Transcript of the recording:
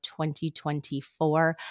2024